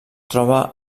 troba